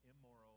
immoral